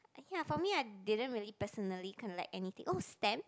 ya for me I didn't really personally collect anything oh stamp